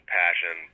passion